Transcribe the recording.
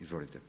Izvolite.